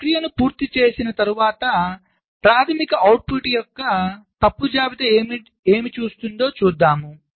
మనము ప్రక్రియను పూర్తి చేసిన తర్వాత ప్రాధమిక అవుట్పుట్ యొక్క తప్పు జాబితా ఏమి చూస్తుందో చూద్దాము